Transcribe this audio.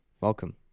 Welcome